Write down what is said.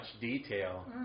detail